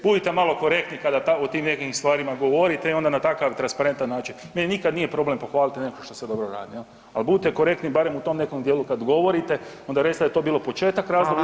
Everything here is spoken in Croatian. Budite malo korektni kada o tim nekim stvarima govorite i onda na takav transparentan način, meni nikad nije problem pohvaliti nešto što se dobro radi, je li, ali budite korektni barem u tom nekom dijelu, kad govorite, onda recite da je to bilo početak razdoblja,